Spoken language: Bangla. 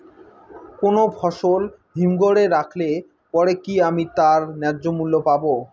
কোনো ফসল হিমঘর এ রাখলে পরে কি আমি তার ন্যায্য মূল্য পাব?